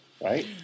Right